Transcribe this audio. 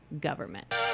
government